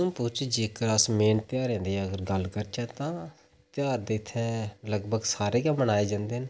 उधमपुर जेह्का अस मेन तेहारें दी अगर गल्ल करचै तां तेहार ते इत्थै लगभग सारे गै मनाये जंदे न